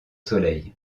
soleil